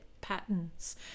patterns